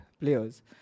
players